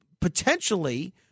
potentially